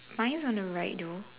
mine is on the right though